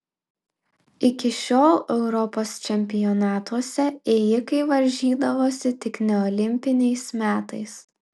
iki šiol europos čempionatuose ėjikai varžydavosi tik neolimpiniais metais